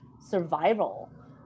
survival